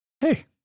Hey